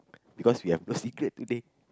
because we have a secret thing